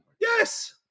Yes